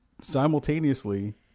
simultaneously